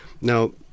Now